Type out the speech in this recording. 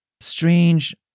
strange